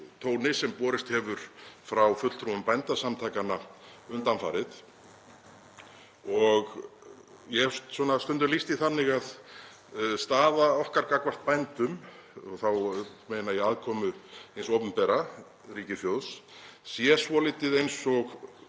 tóni sem borist hefur frá fulltrúum Bændasamtakanna undanfarið. Ég hef stundum lýst því þannig að staða okkar gagnvart bændum, og þá meina ég aðkomu hins opinbera, ríkissjóðs, sé svolítið eins og